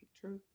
Truth